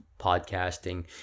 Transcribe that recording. podcasting